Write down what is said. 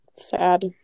Sad